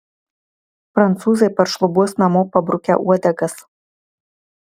prancūzai paršlubuos namo pabrukę uodegas